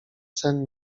sen